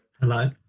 Hello